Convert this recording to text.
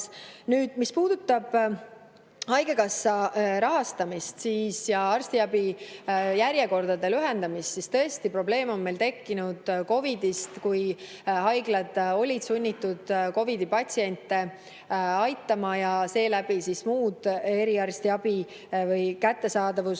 Mis puudutab haigekassa rahastamist ja arstiabi järjekordade lühendamist, siis on probleem meil tekkinud COVID-i tõttu, kuna haiglad olid sunnitud COVID-i patsiente aitama ja seeläbi muu eriarstiabi kättesaadavus